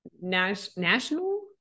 national